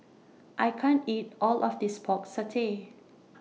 I can't eat All of This Pork Satay